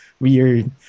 weird